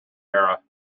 era